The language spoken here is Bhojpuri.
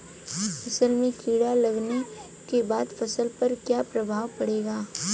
असल में कीड़ा लगने के बाद फसल पर क्या प्रभाव पड़ेगा?